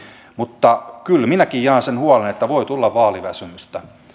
mutta kyllä minäkin jaan sen huolen että voi tulla vaaliväsymystä